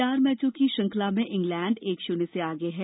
चार मैचों की श्रंखला में इंग्लैंड एक शून्य से आगे है